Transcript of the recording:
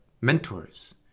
mentors